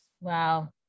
Wow